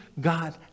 god